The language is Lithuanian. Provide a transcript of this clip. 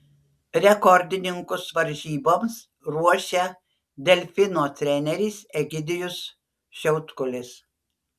rekordininkus varžyboms ruošia delfino treneris egidijus šiautkulis